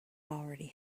already